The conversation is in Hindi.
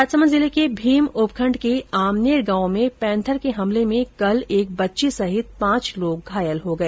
राजसमंद जिले के भीम उपखंड के आमनेर गांव में पैंथर के हमले में कल एक बच्ची सहित पांच लोग घायल हो गए